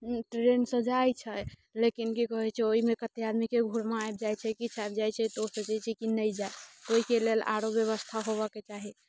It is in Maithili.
ट्रेनसँ जाइत छै लेकिन की कहैत छै ओहिमे कतेक आदमीके घुरमा आबि जाइत छै किछु आबि जाइत छै तऽ ओ सोचैत छै कि नहि जाय ओइके लेल आरो व्यवस्था होबऽके चाही